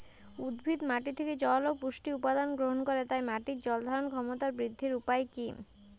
উদ্ভিদ মাটি থেকে জল ও পুষ্টি উপাদান গ্রহণ করে তাই মাটির জল ধারণ ক্ষমতার বৃদ্ধির উপায় কী?